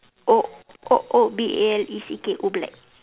O O O B L E C K Oobleck